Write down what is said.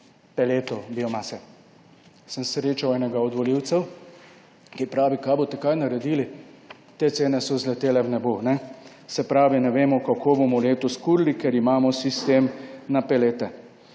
peletov, biomase. Sem srečal enega od volivcev, ki pravi, kaj boste kaj naredili, te cene so zletele v nebo. Se pravi, ne vemo, kako bomo letos kurili, ker imamo sistem na pelete.